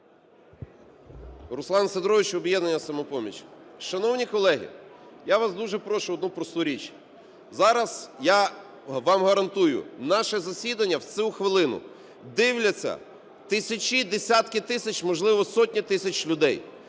Руслан Сидорович, "Об'єднання "Самопоміч". Шановні колеги, я вас дуже прошу одну просту річ. Зараз я вам гарантую, наше засідання в цю хвилину дивляться тисячі і десятки тисяч, можливо, сотні тисяч людей.